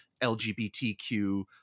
LGBTQ